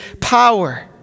power